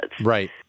right